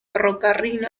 ferrocarril